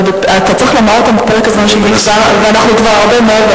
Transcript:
אבל אתה צריך לומר אותם בפרק הזמן שנקבע ואנחנו כבר הרבה מעבר,